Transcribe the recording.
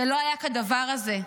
לא היה כדבר הזה.